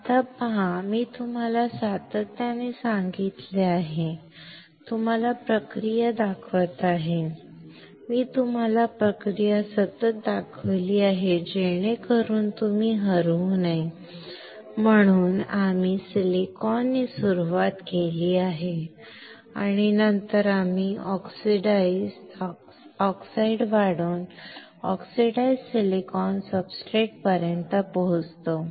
आता पाहा मी तुम्हाला सातत्याने सांगितले आहे तुम्हाला प्रक्रिया दाखवत आहे मी तुम्हाला प्रक्रिया सतत दाखवली आहे जेणेकरून तुम्ही हरवू नये म्हणून आम्ही सिलिकॉनने सुरुवात केली आहे आणि नंतर आम्ही ऑक्साइड वाढवून ऑक्सिडाइज्ड सिलिकॉन सब्सट्रेटपर्यंत पोहोचतो